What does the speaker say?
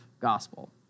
gospel